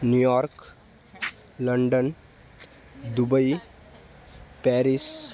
New York London Dubai Paris